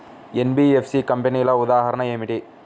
NBFC కంపెనీల ఉదాహరణ ఏమిటి?